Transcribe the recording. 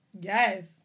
Yes